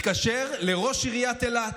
לראש עיריית אילת,